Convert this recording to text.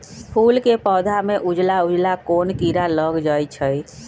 फूल के पौधा में उजला उजला कोन किरा लग जई छइ?